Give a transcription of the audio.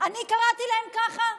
אני קראתי להם ככה?